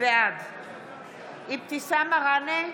בעד אבתיסאם מראענה,